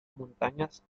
montañas